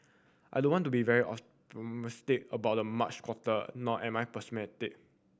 I don't want to be very optimistic about the March quarter nor am I pessimistic